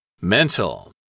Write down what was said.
Mental